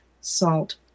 salt